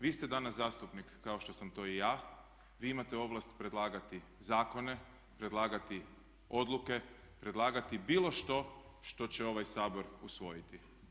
Vi ste danas zastupnik kao što sam to i ja, vi imate ovlast predlagati zakone, predlagati odluke, predlagati bilo što što će ovaj Sabor usvojiti.